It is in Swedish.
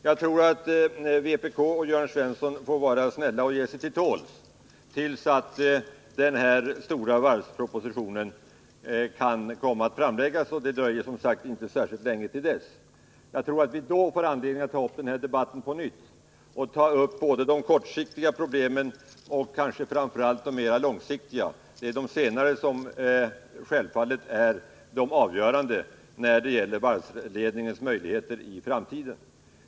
Jag tror att vpk och Jörn Svensson får vara snälla och ge sig till tåls tills den stora varvspropositionen kan komma att framläggas— och det dröjer som sagt inte särskilt länge. Då får vi anledning att föra den här debatten på nytt och ta upp både de kortsiktiga problemen och — kanske framför allt — mera långsiktiga. Det är de senare som självfallet är de avgörande när det gäller varvsledningens möjligheter i framtiden.